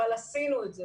אבל עשינו את זה.